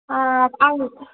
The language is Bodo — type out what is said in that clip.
हाब आं नोंखौ